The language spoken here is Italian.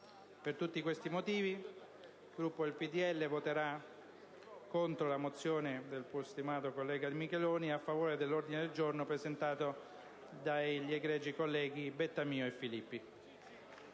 Per tutti questi motivi, il Gruppo del PdL voterà contro la mozione del pur stimato collega Micheloni e a favore dell'ordine del giorno presentato dall'egregio collega Bettamio e da